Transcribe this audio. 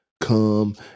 come